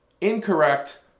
incorrect